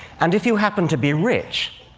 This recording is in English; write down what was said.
and if you happen to be rich,